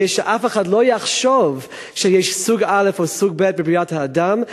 כדי שאף אחד לא יחשוב שיש סוג א' או סוג ב' בבריאת האדם.